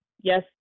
yes